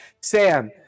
Sam